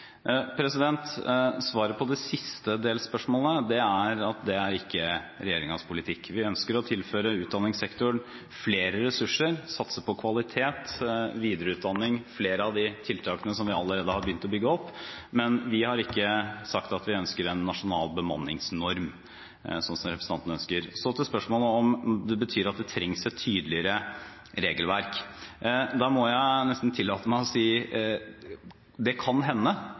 Svaret på det siste delspørsmålet er at det ikke er regjeringens politikk. Vi ønsker å tilføre utdanningssektoren flere ressurser, satse på kvalitet, videreutdanning, flere av de tiltakene som vi allerede har begynt å bygge opp. Men vi har ikke sagt at vi ønsker en nasjonal bemanningsnorm, slik som representanten ønsker. Så til spørsmålet om det betyr at det trengs et tydeligere regelverk. Da må jeg nesten tillate meg å si: Det kan hende.